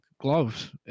gloves